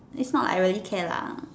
it's not like I really care lah